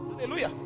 hallelujah